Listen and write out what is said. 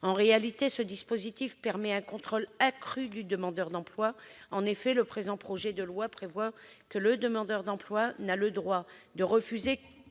En réalité, ce dispositif permet un contrôle accru du demandeur d'emploi. En effet, le présent projet de loi prévoit que celui-ci n'a le droit de refuser